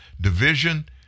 Division